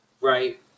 Right